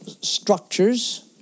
structures